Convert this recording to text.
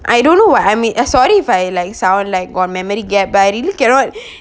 I don't know what I mean uh sorry if I like sour like or memory gap but I really cannot